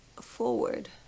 forward